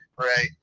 right